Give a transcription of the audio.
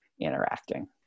interacting